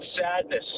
sadness